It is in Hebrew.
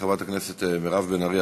חברת הכנסת מירב בן ארי,